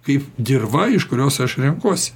kaip dirva iš kurios aš renkuosi